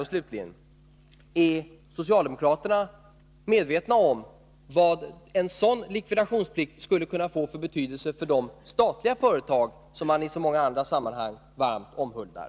Och, slutligen, är socialdemokraterna medvetna om vad en sådan likvidationsplikt skulle kunna få för betydelse för de statliga företagen, som man i så många andra sammanhang varmt omhuldar?